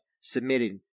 submitted